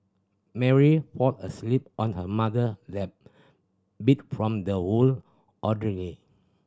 Mary fall asleep on her mother lap beat from the whole ordeal